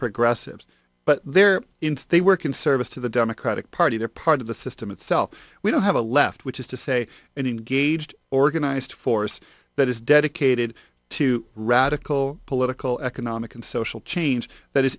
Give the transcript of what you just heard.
progressives but they're into they work in service to the democratic party they're part of the system itself we don't have a left which is to say an engaged organized force that is dedicated to radical political economic and social change that is